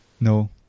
no